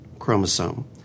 chromosome